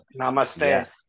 Namaste